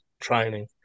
training